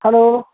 hello